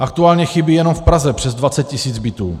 Aktuálně chybí jenom v Praze přes 20 tisíc bytů.